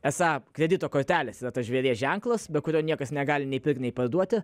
esą kredito kortelės yra tas žvėries ženklas be kurio niekas negali nei pirkti nei parduoti